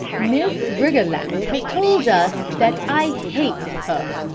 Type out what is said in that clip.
miss briggerland has told us that i hate her,